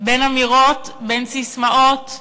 בין אמירות, בין ססמאות,